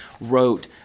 wrote